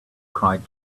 cried